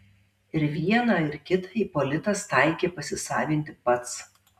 ir vieną ir kitą ipolitas taikė pasisavinti pats